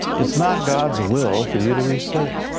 it's not god's will for you to be sick.